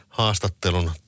haastattelun